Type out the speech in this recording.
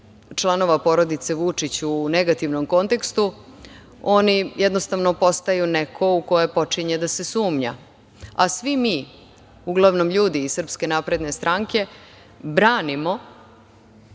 članova porodice Vučić u negativnom kontekstu, oni jednostavno postaju neko u koje počinje da se sumnja. A, svi mi, uglavnom ljudi iz SNS, branimo,